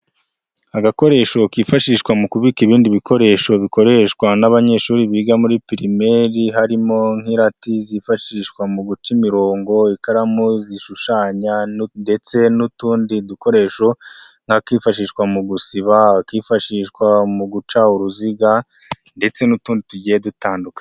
Agakoresho kifashishwa mu kubika ibindi bikoresho bikoreshwa n'abanyeshuri biga muri pirimeri harimo nk'irati zifashishwa mu guca imirongo, ikaramu zishushanya ndetse n'utundi dukoresho nk'akifashishwa mu gusiba, akifashishwa mu guca uruziga ndetse n'utundi tugiye dutandukanye.